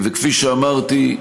וכפי שאמרתי,